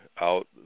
out